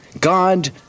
god